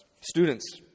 Students